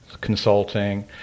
consulting